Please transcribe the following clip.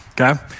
Okay